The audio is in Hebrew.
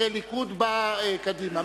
אחרי ההליכוד באה קדימה,